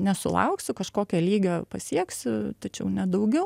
nesulauksiu kažkokio lygio pasieksiu tačiau ne daugiau